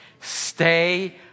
Stay